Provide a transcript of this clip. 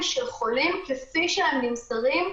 חולים בבידוד ביתי משתפים פעולה,